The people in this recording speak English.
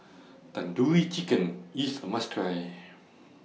Tandoori Chicken IS A must Try